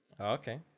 okay